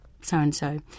so-and-so